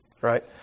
right